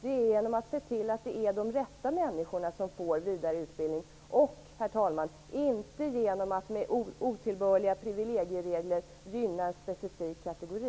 Det är genom att se till att de rätta människorna får vidareutbildning och, herr talman, inte genom att med hjälp av otillbörliga privilegieregler gynna en specifik kategori.